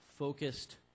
focused